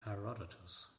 herodotus